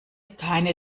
keine